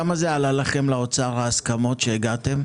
כמה זה עלה לאוצר ההסכמות שהגעתם?